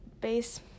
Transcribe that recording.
base